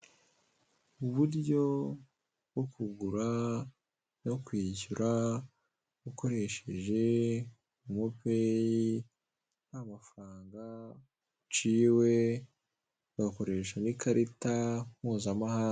Uburyo bwo kugura no kwishyura ukoresheje momo peyi nta mafaranga uciwe wakoresha n'ikarita mpuzamahanga.